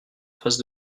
face